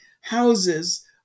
houses